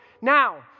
Now